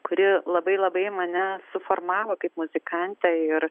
kuri labai labai mane suformavo kaip muzikantę ir